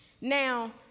Now